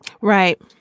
Right